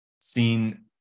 seen